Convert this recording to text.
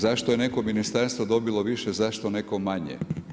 Zašto je neko ministarstvo dobilo više zašto neko manje?